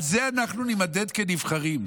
על זה אנחנו נימדד כנבחרים,